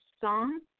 song